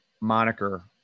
moniker